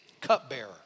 cupbearer